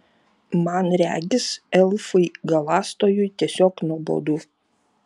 man regis elfui galąstojui tiesiog nuobodu